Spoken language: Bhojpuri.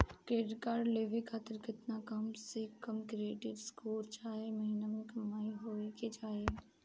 क्रेडिट कार्ड लेवे खातिर केतना कम से कम क्रेडिट स्कोर चाहे महीना के कमाई होए के चाही?